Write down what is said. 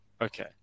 okay